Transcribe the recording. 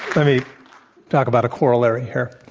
let me talk about a corollary here.